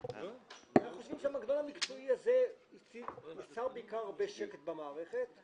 אנחנו חושבים שהמנגנון המקצועי הזה יצר בעיקר הרבה שקט במערכת.